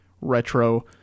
retro